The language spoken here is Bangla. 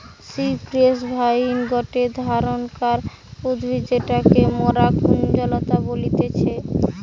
সিপ্রেস ভাইন গটে ধরণকার উদ্ভিদ যেটাকে মরা কুঞ্জলতা বলতিছে